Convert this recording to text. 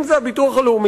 אם זה הביטוח הלאומי,